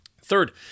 Third